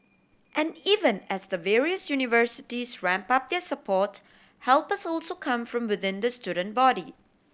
and even as the various universities ramp up their support help has also come from within the student body